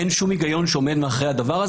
אין שום היגיון שעומד מאחורי זה.